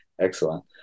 excellent